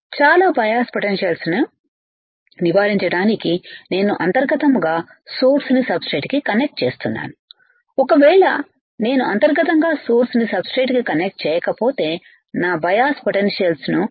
చాలా బయాస్ పొటెన్షియల్స్నేను నివారించడానికి నేను అంతర్గతంగా సోర్స్ ని సబ్ స్ట్రేట్ కి కనెక్ట్ చేస్తున్నాను ఒకవేళ నేను అంతర్గతంగా సోర్స్ ని సబ్ స్ట్రేట్ కు కనెక్ట్ చేయకపోతే నేను బయాస్ పొటెన్షియల్స్ ను వర్తింపజేస్తాను